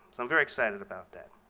so i'm very excited about that.